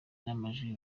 n’amajwi